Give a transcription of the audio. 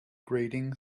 grating